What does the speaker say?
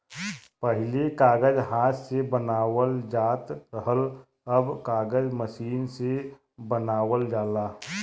पहिले कागज हाथ से बनावल जात रहल, अब कागज मसीन से बनावल जाला